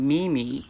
Mimi